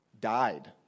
died